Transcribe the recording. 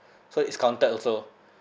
so it's counted also